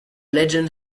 legend